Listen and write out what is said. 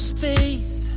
space